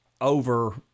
over